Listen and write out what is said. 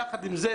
יחד עם זה,